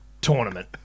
tournament